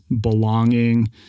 belonging